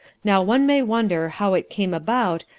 now one may wonder how it came about,